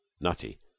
nutty